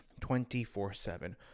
24-7